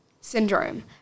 Syndrome